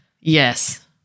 Yes